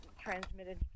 transmitted